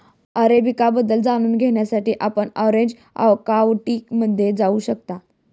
arabica बद्दल जाणून घेण्यासाठी आपण ऑरेंज काउंटीमध्ये जाऊ शकता